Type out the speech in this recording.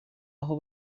aho